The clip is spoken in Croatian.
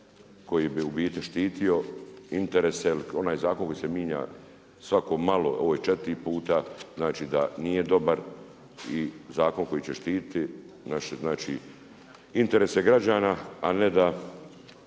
koji bi u biti štitio interese, jer onaj zakon koji se mijenja svako malo, ovaj 4 puta, znači da nije dobar i zakon koji će štiti interese građana a ne da